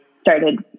started